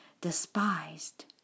despised